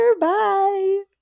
Bye